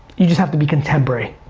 you just have to be contemporary.